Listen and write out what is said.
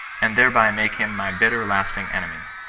and thereby make him my bitter, lasting enemy.